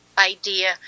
Idea